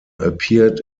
appeared